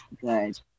good